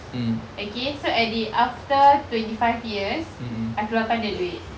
okay so at the after twenty five years I keluarkan the duit